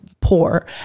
poor